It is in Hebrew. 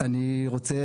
אני רוצה